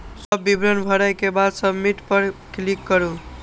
सब विवरण भरै के बाद सबमिट पर क्लिक करू